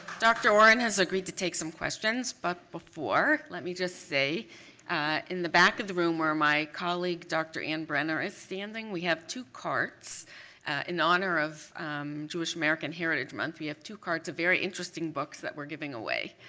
dr. oren has agreed to take some questions, but before, let me just say in the back of the room where my colleague, dr. ann brenner is standing, we have two carts in honor of jewish american heritage month, we have two carts of very interesting books that we're giving away.